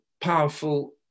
powerful